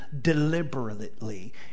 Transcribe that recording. deliberately